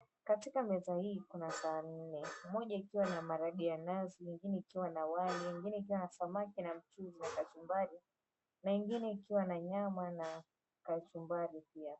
Katika meza hii kuna sahani nne. Moja ikiwa na maharage ya nazi, ingine ikiwa na wali ingine ikiwa na samaki na mchuzi na kachumbari na ingine ikiwa na nyama na kachumbari pia.